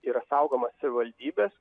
yra saugoma savivaldybės